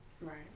Right